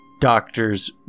doctor's